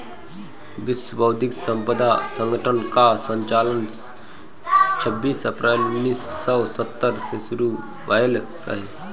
विश्व बौद्धिक संपदा संगठन कअ संचालन छबीस अप्रैल उन्नीस सौ सत्तर से शुरू भयल रहे